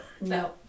No